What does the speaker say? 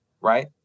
right